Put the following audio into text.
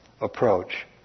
approach